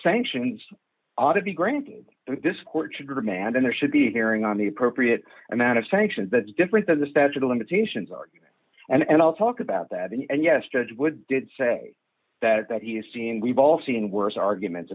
sanctions ought to be granting this court should demand and there should be a hearing on the appropriate amount of sanctions that's different than the statute of limitations argument and i'll talk about that and yes judge would did say that that he is seeing we've all seen worse arguments